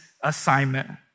assignment